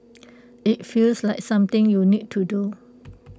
IT feels like something you need to do